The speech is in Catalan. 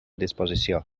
disposició